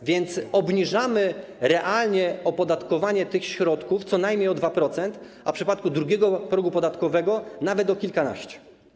A więc obniżamy realnie opodatkowanie tych środków co najmniej o 2%, a w przypadku drugiego progu podatkowego nawet o kilkanaście.